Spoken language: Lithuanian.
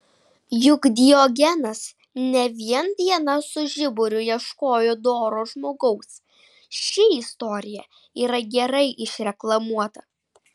juk diogenas ne vien dieną su žiburiu ieškojo doro žmogaus ši istorija yra gerai išreklamuota